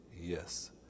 yes